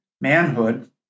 Manhood